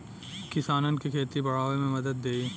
किसानन के खेती बड़ावे मे मदद देई